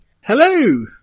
Hello